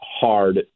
hard